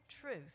truth